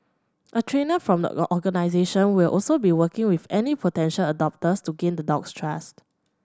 a trainer from the organisation will also be working with any potential adopters to gain the dog's trust